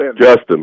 Justin